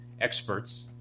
experts